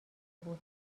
بود